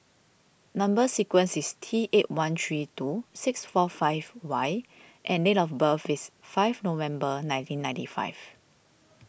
Number Sequence is T eight one three two six four five Y and date of birth is five November nineteen ninety five